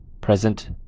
present